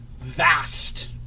vast